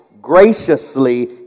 graciously